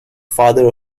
father